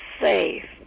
safe